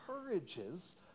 encourages